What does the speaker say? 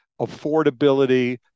affordability